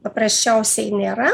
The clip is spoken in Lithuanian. paprasčiausiai nėra